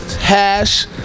hash